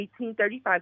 1835